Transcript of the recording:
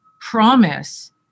promise